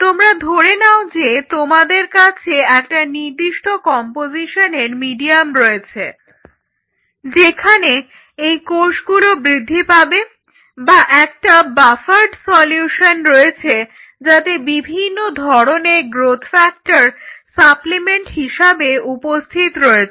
তোমরা ধরে নাও যে তোমাদের কাছে একটা নির্দিষ্ট কম্পোজিশনের মিডিয়াম রয়েছে যেখানে এই কোষগুলো বৃদ্ধি পাবে বা একটা বাফারড্ সলিউশন রয়েছে যাতে বিভিন্ন ধরনের গ্রোথ ফ্যাক্টর সাপ্লিমেন্ট হিসাবে উপস্থিত রয়েছে